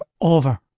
over